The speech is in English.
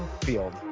field